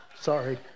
Sorry